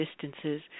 distances